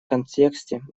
контексте